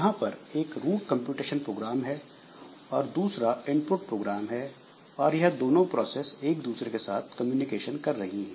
यहां पर एक रूट कंप्यूटेशन प्रोग्राम है और दूसरा इनपुट प्रोग्राम है और यह दोनों प्रोसेस एक दूसरे के साथ कम्युनिकेशन कर रही है